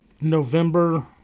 November